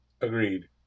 Agreed